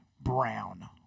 Brown